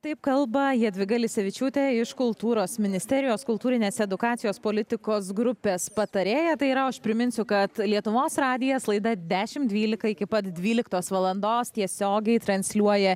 taip kalba jadvyga lisevičiūtė iš kultūros ministerijos kultūrinės edukacijos politikos grupės patarėja tai yra o aš priminsiu kad lietuvos radijas laida dešim dvylika iki pat dvyliktos valandos tiesiogiai transliuoja